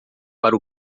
para